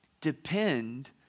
depend